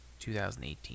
2018